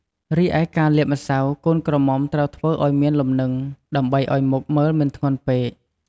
រីឯការលាបម្សៅកូនក្រមុំត្រូវធ្វើឲ្យមានលំនិង ដើម្បីអោយមុខមើលមិនធ្ងន់ពេក។